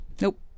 Nope